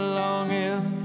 longing